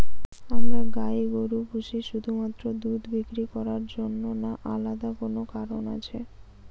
আমরা গাই গরু পুষি শুধুমাত্র দুধ বিক্রি করার জন্য না আলাদা কোনো কারণ আছে?